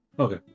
Okay